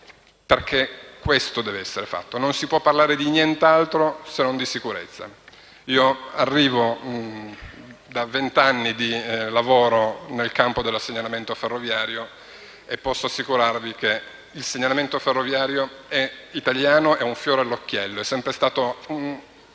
perché questo deve essere fatto. Non si può parlare di nient'altro se non di sicurezza. Arrivo da vent'anni di lavoro nel campo del segnalamento ferroviario e posso assicurarvi che il segnalamento ferroviario italiano è un fiore all'occhiello